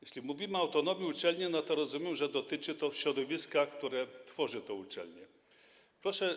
Jeśli mówimy o autonomii uczelni, to rozumiem, że dotyczy to środowiska, które tworzy tę uczelnię.